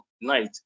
night